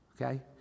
okay